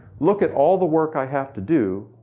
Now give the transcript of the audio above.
look at all the work i have to do,